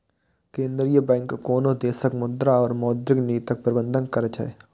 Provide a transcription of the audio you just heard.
केंद्रीय बैंक कोनो देशक मुद्रा और मौद्रिक नीतिक प्रबंधन करै छै